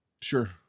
Sure